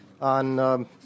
on –